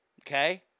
Okay